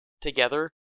together